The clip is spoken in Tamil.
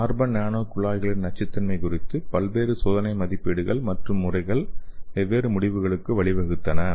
கார்பன் நானோ குழாய்களின் நச்சுத்தன்மை குறித்து பல்வேறு சோதனை மதிப்பீடுகள் மற்றும் முறைகள் வெவ்வேறு முடிவுகளுக்கு வழிவகுத்தன